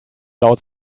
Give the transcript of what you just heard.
laut